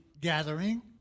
gathering